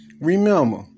Remember